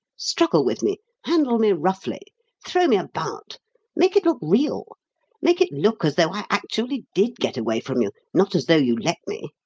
struggle with me handle me roughly throw me about. make it look real make it look as though i actually did get away from you, not as though you let me.